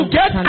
get